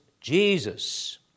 Jesus